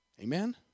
Amen